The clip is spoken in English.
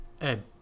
Ed